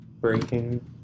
Breaking